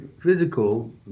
physical